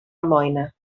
almoina